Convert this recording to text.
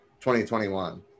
2021